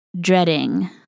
dreading